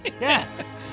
Yes